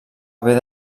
haver